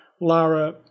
Lara